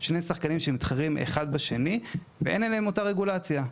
שני שחקנים שמתחרים אחד בשני ואין עליהם אותה רגולציה.